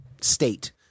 state